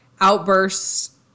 outbursts